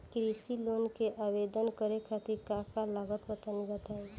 कृषि लोन के आवेदन करे खातिर का का लागत बा तनि बताई?